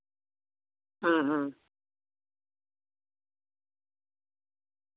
ᱦᱩᱸ ᱦᱩᱸ